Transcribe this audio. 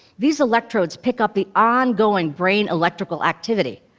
these electrodes pick up the ongoing brain electrical activity.